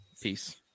Peace